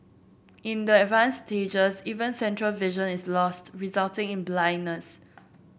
in the advanced stages even central vision is lost resulting in blindness